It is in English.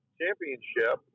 championship